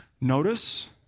Notice